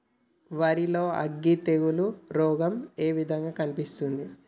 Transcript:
వరి లో అగ్గి తెగులు రోగం ఏ విధంగా కనిపిస్తుంది?